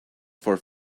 for